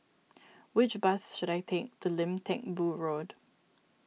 which bus should I take to Lim Teck Boo Road